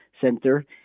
center